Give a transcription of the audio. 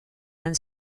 and